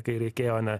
kai reikėjo ne